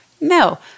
No